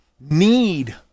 need